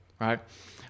Right